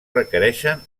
requereixen